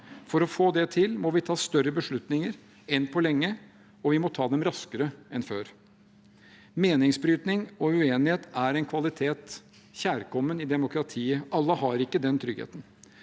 For å få det til må vi ta større beslutninger enn på lenge, og vi må ta dem raskere enn før. Meningsbrytning og uenighet er en kjærkommen kvalitet i demokratiet, alle har ikke den tryggheten,